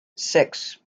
six